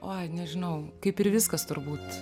oi nežinau kaip ir viskas turbūt